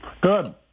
Good